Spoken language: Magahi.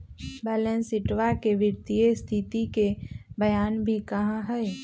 बैलेंस शीटवा के वित्तीय स्तिथि के बयान भी कहा हई